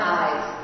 eyes